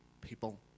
people